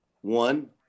one